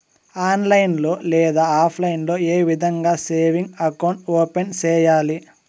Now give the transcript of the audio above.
online లో లేదా offline లో ఏ విధంగా సేవింగ్ అకౌంట్ ఓపెన్ సేయాలి